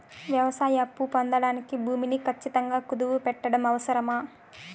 వ్యవసాయ అప్పు పొందడానికి భూమిని ఖచ్చితంగా కుదువు పెట్టడం అవసరమా?